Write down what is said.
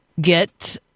get